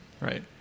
right